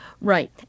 Right